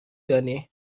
دانی